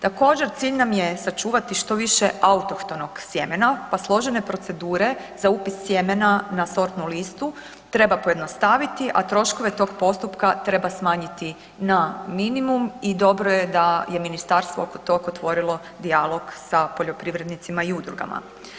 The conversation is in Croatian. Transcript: Također, cilj nam je sačuvati što više autohtonog sjemena pa složene procedure za upis sjemena na sortnu listu treba pojednostaviti, a troškove tog postupka treba smanjiti na minimum i dobro je da je ministarstvo oko tog otvorilo dijalog sa poljoprivrednicima i udrugama.